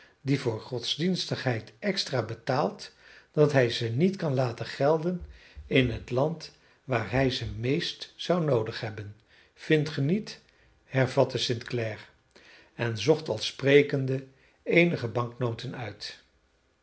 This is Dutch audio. die voor godsdienstigheid extra betaalt dat hij ze niet kan laten gelden in het land waar hij ze meest zou noodig hebben vindt ge niet hervatte st clare en zocht al sprekende eenige banknoten uit